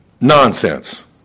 Nonsense